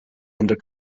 under